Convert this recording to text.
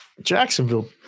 Jacksonville